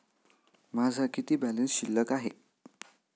माझा किती बॅलन्स शिल्लक आहे?